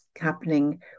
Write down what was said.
happening